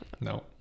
no